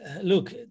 Look